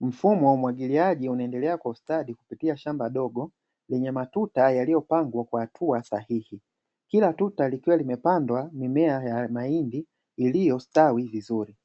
Mfumo wa umwagiliaji unaendelea kwa kustadi kupitia shamba dogo lenye matuta yaliyopangwa kwa hatua sahihi kila tuta likiwa limepandwa mimea ya mahindi iliyostawi vizuri